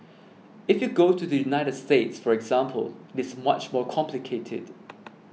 if you go to the United States for example it is much more complicated